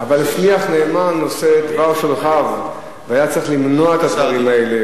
אבל שליח נאמן עושה את דבר שולחיו והיה צריך למנוע את הדברים האלה.